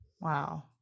Wow